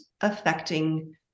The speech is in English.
affecting